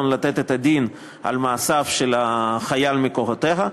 לתת את הדין על מעשיו של החייל מכוחותיה.